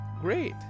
Great